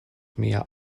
mia